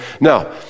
Now